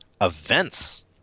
events